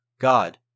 God